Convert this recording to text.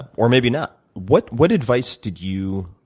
or maybe not, what what advice did you